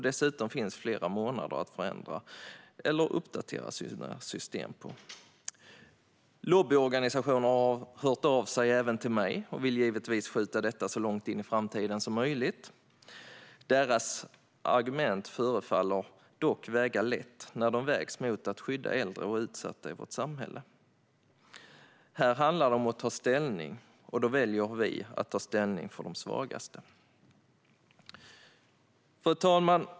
Dessutom finns det flera månader kvar att förändra eller uppdatera sina system på. Lobbyorganisationer har hört av sig även till mig och vill givetvis skjuta detta så långt in i framtiden som möjligt. Deras argument förefaller väga lätt när de ställs mot att skydda äldre och utsatta i vårt samhälle. Här handlar det om att ta ställning, och då väljer vi att ta ställning för de svagaste. Fru talman!